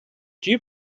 dew